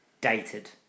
dated